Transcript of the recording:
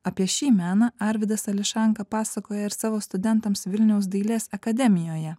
apie šį meną arvydas ališanka pasakoja ir savo studentams vilniaus dailės akademijoje